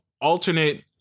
alternate